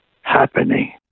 happening